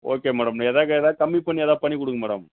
okay madam எதாது க எதாது கம்மி பண்ணி எதாது பண்ணிக் கொடுங்க மேடம்